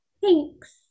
Thanks